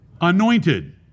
anointed